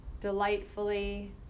Delightfully